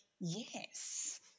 yes